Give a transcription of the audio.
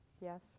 Yes